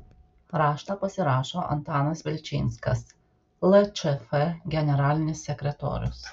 raštą pasirašo antanas vilčinskas lčf generalinis sekretorius